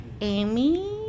Amy